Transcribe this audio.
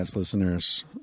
Listeners